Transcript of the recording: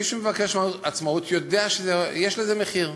יודע שיש לזה מחיר.